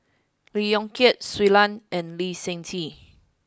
Lee Yong Kiat Shui Lan and Lee Seng Tee